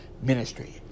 ministry